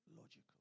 Logical